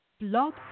Blog